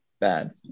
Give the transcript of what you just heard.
bad